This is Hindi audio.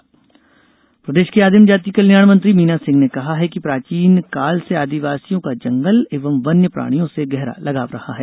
मीना सिंह प्रदेश की आदिम जाति कल्याण मंत्री मीना सिंह ने कहा है कि प्राचीन काल से आदिवासियों का जंगल एवं वन्य प्राणियों से गहरा लगाव रहा है